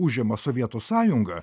užima sovietų sąjungą